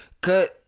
Cause